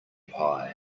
pie